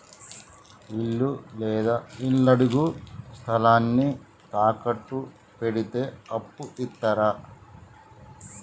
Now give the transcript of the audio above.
ఇల్లు లేదా ఇళ్లడుగు స్థలాన్ని తాకట్టు పెడితే అప్పు ఇత్తరా?